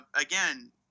again